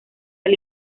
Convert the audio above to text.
del